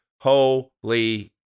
Holy